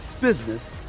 business